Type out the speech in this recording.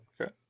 Okay